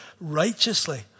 righteously